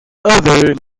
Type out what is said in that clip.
others